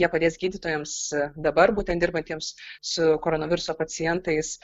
jie padės gydytojams dabar būtent dirbantiems su koronaviruso pacientais